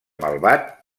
malvat